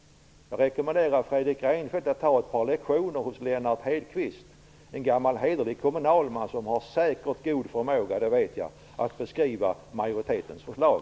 Jag rekommenderar Fredrik Reinfeldt att ta ett par lektioner hos Lennart Hedquist, en gammal hederlig kommunalman som säkert har god förmåga - det vet jag - att beskriva majoritetens förslag.